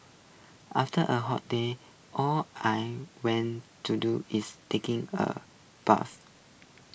after A hot day all I went to do is taking A bath